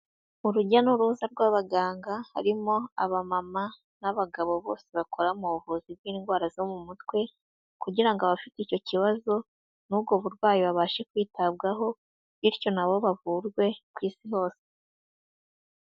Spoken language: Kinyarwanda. Urujya n'uruza rw'abaganga harimo abamama n'abagabo bose bakora mu buvuzi bw'indwara zo mu mutwe kugira ngo abafite icyo kibazo n'ubwo burwayi babashe kwitabwaho bityo nabo bavurwe ku isi hose.